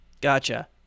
Gotcha